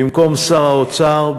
במקום "שר האוצר,